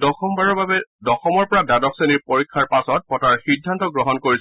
দশমবাৰ দ্বাদশ শ্ৰেণীৰ পৰীক্ষা পাছত পতাৰ সিদ্ধান্ত গ্ৰহণ কৰিছে